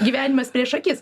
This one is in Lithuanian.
gyvenimas prieš akis